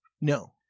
No